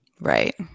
Right